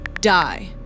Die